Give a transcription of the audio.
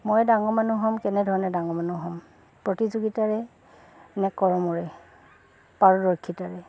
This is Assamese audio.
মই ডাঙৰ মানুহ হ'ম কেনেধৰণে ডাঙৰ মানুহ হ'ম প্ৰতিযোগিতাৰে নে কৰ্মৰে পাৰদৰ্শিতাৰে